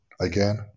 again